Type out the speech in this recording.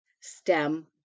stem